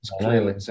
clearly